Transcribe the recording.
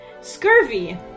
scurvy